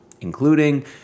including